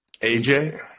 AJ